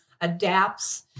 adapts